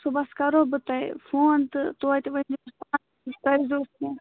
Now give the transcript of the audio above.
صُبحَس کَرو بہٕ تۄہہِ فون تہٕ تویتہِ کٔرۍزیو کینٛہہ